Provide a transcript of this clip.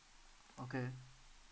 okay